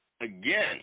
again